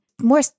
More